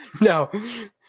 No